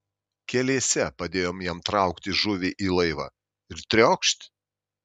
keliese padėjom jam traukti žuvį į laivą ir triokšt